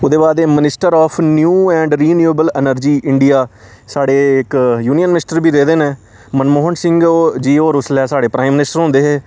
ओह्दे बाद एह् minister of new and renewable energy India साढ़े इक यूनियन मिनिस्टर बी रेह्दे न मनमोहन सिंह हो जी होर उसलै साढ़े प्राइम मिनिस्टर होंदे हे